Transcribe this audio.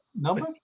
Number